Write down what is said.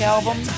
Album